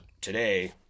today